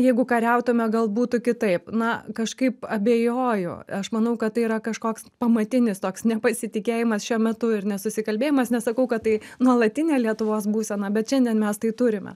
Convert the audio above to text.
jeigu kariautume gal būtų kitaip na kažkaip abejoju aš manau kad tai yra kažkoks pamatinis toks nepasitikėjimas šiuo metu ir nesusikalbėjimas nesakau kad tai nuolatinė lietuvos būsena bet šiandien mes tai turime